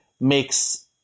makes